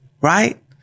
Right